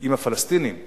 עם הפלסטינים מייד,